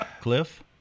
cliff